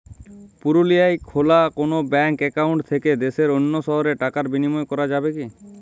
পুরুলিয়ায় খোলা কোনো ব্যাঙ্ক অ্যাকাউন্ট থেকে দেশের অন্য শহরে টাকার বিনিময় করা যাবে কি?